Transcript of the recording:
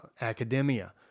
Academia